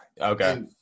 Okay